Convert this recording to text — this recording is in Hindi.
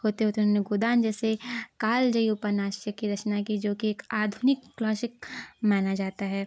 होते होते उन्होंने गोदान जैसे कालजयी उपन्यास की रचना की जोकि एक आधुनिक क्लोसिक माना जाता है